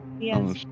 Yes